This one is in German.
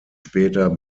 später